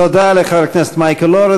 תודה לחבר הכנסת מייקל אורן.